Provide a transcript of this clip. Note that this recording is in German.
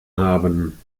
haben